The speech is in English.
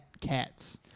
cats